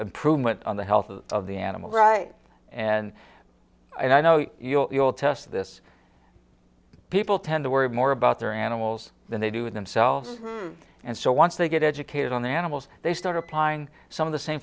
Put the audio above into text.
improvement on the health of the animal right and i know you're all tests this people tend to worry more about their animals than they do with themselves and so once they get educated on the animals they start applying some of the same